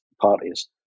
parties